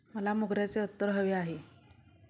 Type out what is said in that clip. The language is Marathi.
मला मोगऱ्याचे अत्तर हवे आहे